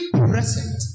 present